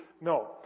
No